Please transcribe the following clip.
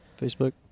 Facebook